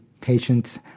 patients